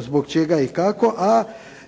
zbog čega i kako, a